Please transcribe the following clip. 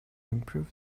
improve